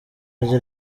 rye